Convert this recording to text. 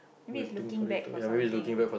maybe it's looking back for something